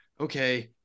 Okay